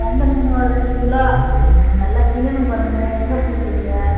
கெண்டை மீன் ஒரு ரெண்டு கிலோ நல்லா க்ளீனு பண்ணுங்கள் எங்கே பிடிச்சதுங்க